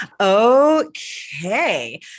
Okay